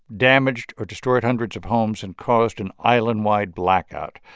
damaged or destroyed hundreds of homes and caused an island-wide blackout.